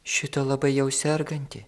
šita labai jau serganti